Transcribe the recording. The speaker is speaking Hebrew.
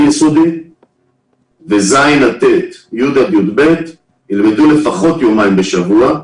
יסודי וז'-ט' וי'-יב' ילמדו לפחות יומיים בשבוע,